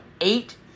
eight